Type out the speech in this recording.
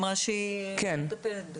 היא אמרה שהיא מטפלת בזה.